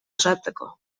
osatzeko